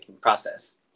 process